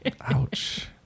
Ouch